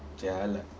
jialat